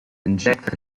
injector